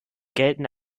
gelten